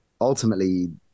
ultimately